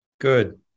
good